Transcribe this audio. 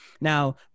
Now